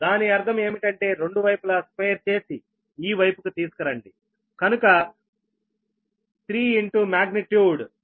దాని అర్థం ఏమిటి అంటే రెండు వైపులా స్క్వేర్ చేసి ఈ వైపుకి తీసుకురండి